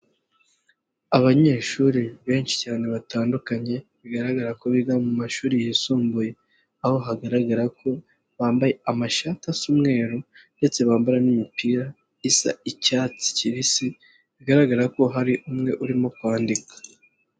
Abanyeshuri benshi cyane batandukanye bigaragara ko biga mu mashuri yisumbuye, aho hagaragara ko bambaye amashata asa umweru ndetse bambara n'imipira isa icyatsi kibisi bigaragara ko hari umwe urimo kwandika.